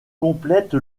complète